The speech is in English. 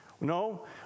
No